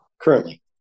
currently